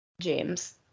James